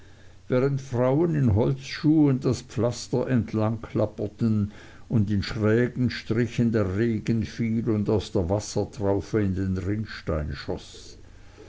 während frauen in holzschuhen das pflaster entlang klapperten und in schrägen strichen der regen fiel und aus der wassertraufe in den rinnstein schoß